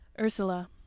ursula